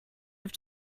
have